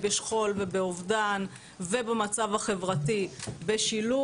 בשכול ובאובדן ובמצב החברתי בשילוב,